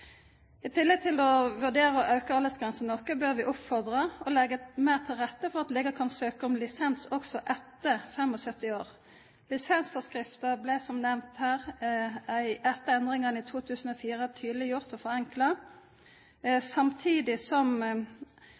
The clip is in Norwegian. I tillegg til å vurdere å øke aldersgrensen noe, bør vi oppfordre og legge mer til rette for at leger kan søke om lisens også etter 75 år. Lisensforskriften ble – som nevnt her – etter endringene i 2004 tydeliggjort og forenklet, samtidig som